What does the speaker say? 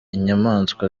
inyamaswa